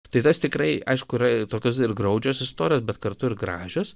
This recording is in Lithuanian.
tai tas tikrai aišku yra tokios ir graudžios istorijos bet kartu ir gražios